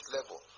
level